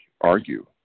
argue